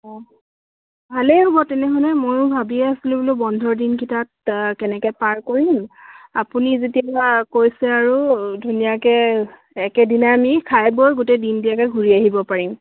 অঁ ভালেই হ'ব তেনেহ'লে ময়ো ভাবিয়ে আছিলোঁ বোলো বন্ধৰ দিনকিটাত কেনেকৈ পাৰ কৰিম আপুনি যেতিয়া কৈছে আৰু ধুনীয়াকৈ একেদিনাই আমি খাই বৈ গোটেই দিনদিয়াকৈ ঘূৰি আহিব পাৰিম